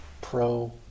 pro